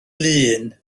lŷn